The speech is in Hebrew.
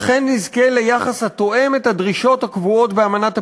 אכן יזכה ליחס התואם את הדרישות הקבועות באמנה בדבר מעמדם